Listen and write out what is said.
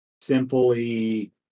simply